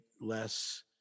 less